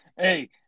Hey